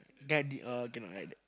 guardi~ uh cannot like that